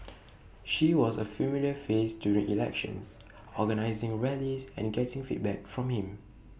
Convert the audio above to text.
she was A familiar face during elections organising rallies and getting feedback for him